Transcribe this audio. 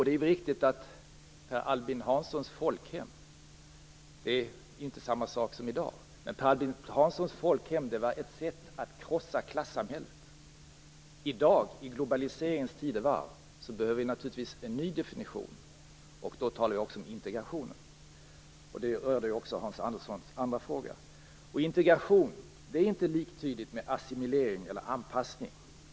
Det är riktigt att Per Albin Hanssons folkhem inte är detsamma i dag. Men Per Albin Hanssons folkhem var ett sätt att krossa klassamhället. I dag, i globaliseringens tidevarv, behöver vi naturligtvis en ny definition. Då talar jag också om integrationen. Det berör också Hans Anderssons andra fråga. Integration är inte liktydigt med assimilering eller anpassning.